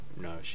no